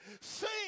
sing